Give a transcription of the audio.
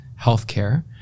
healthcare